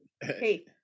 Hey